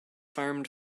famed